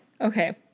Okay